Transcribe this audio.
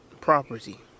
property